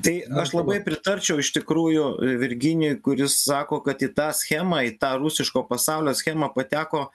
tai aš labai pritarčiau iš tikrųjų virginijui kuris sako kad į tą schemą į tą rusiško pasaulio schemą pateko